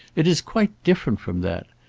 it is quite different from that.